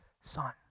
Son